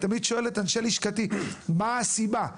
אני תמיד שואל את אנשי לשכתי: "מהי הסיבה?